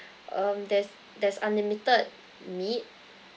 um there's there's unlimited meat